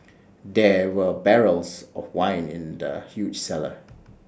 there were barrels of wine in the huge cellar